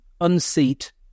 unseat